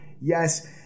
Yes